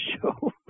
show